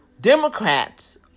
Democrats